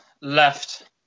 left